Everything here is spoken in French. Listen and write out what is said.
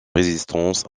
résistance